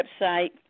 website